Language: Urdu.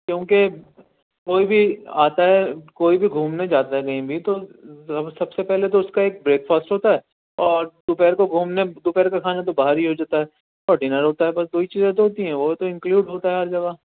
کیوں کہ کوئی بھی آتا ہے کوئی بھی گھومنے جاتا ہے کہیں بھی تو سب سے پہلے تو اُس کا ایک بریک فاسٹ ہوتا ہے اور دوپہر کو گھومنے دو پہر کا کھانا تو باہر ہی ہو جاتا ہے اور ڈنر ہوتا ہے بس دو ہی چیزیں تو ہوتی ہیں وہ تو اِنکلوڈ ہوتا ہے ہر جگہ